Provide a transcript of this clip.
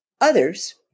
Others